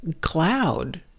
cloud